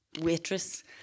waitress